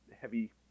heavy